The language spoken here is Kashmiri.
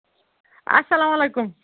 اَلسلامُ علیکُم